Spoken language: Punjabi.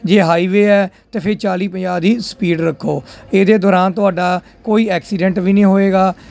ਜੇ ਹਾਈਵੇ ਹੈ ਅਤੇ ਫਿਰ ਚਾਲ੍ਹੀ ਪੰਜਾਹ ਦੀ ਸਪੀਡ ਰੱਖੋ ਇਹਦੇ ਦੌਰਾਨ ਤੁਹਾਡਾ ਕੋਈ ਐਕਸੀਰੈਂਟ ਵੀ ਨਹੀਂ ਹੋਏਗਾ